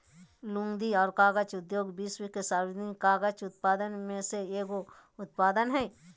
लुगदी और कागज उद्योग विश्व के सर्वाधिक कागज उत्पादक में से एगो उत्पाद हइ